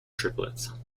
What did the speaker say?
triplets